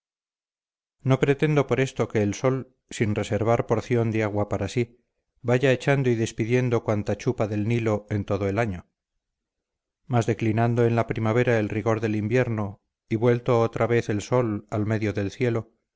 no pretendo por esto que el sol sin reservar porción de agua para sí vaya echando y despidiendo cuanta chupa del nilo en todo el año mas declinando en la primavera el rigor del invierno y vuelto otra vez el sol al medio del cielo